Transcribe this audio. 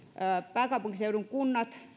pääkaupunkiseudun kunnat